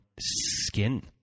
skin